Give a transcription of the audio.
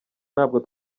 ntabwo